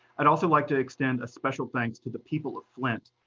i'd also like to extend a special thanks to the people of flint.